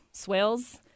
Swales